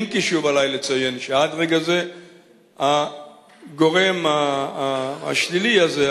אם כי שוב עלי לציין שעד רגע זה הגורם השלילי הזה,